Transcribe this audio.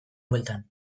bueltan